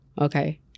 Okay